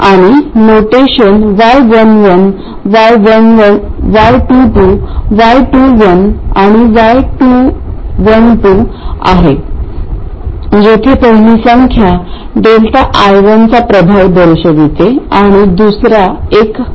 आणि notation y11 y12 y21 आणि y22 आहे जेथे पहिली संख्या ΔI1 चा प्रभाव दर्शवते आणि दुसरा एक कारण दर्शवितो